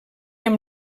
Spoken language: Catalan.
amb